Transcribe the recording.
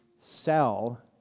sell